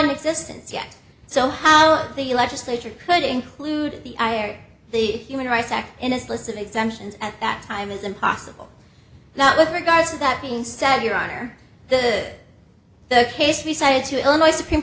an existence yet so how the legislature could include the ira the human rights act in his list of exemptions at that time is impossible not with regards to that being said your honor the the case we cited to illinois supreme